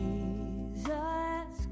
Jesus